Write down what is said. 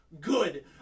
good